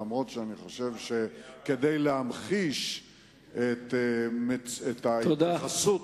אף-על-פי שאני חושב שכדי להמחיש את ההתייחסות